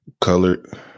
colored